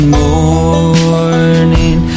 morning